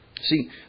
See